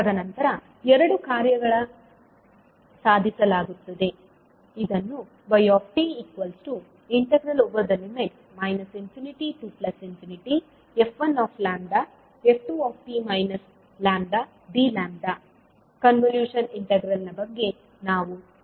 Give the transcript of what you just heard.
ತದನಂತರ ಎರಡು ಕಾರ್ಯಗಳ ಸಾಧಿಸಲಾಗುತ್ತದೆ ಇದನ್ನು yt ∞f1f2t λdλ ಕನ್ವಲ್ಯೂಷನ್ ಇಂಟೆಗ್ರಾಲ್ನ ಬಗ್ಗೆ ನಾವು ಚರ್ಚಿಸಿದ್ದೇವೆ